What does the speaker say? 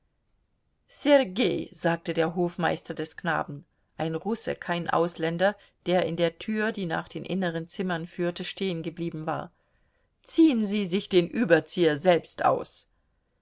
sergei sagte der hofmeister des knaben ein russe kein ausländer der in der tür die nach den inneren zimmern führte stehengeblieben war ziehen sie sich den überzieher selbst aus